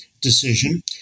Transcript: decision